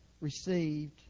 received